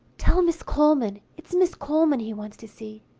tell miss coleman. it's miss coleman he wants to see.